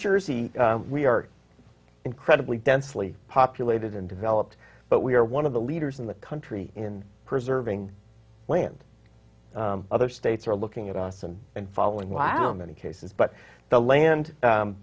jersey we are incredibly densely populated and developed but we are one of the leaders in the country in preserving land other states are looking at us and and following wow many cases but the land